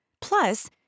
Plus